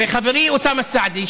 וחברי אוסאמה סעדי,